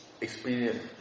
experience